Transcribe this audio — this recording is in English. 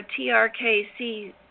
TRKC